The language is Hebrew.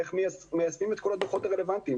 איך מיישמים את כל הדוחות הרלוונטיים.